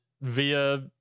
via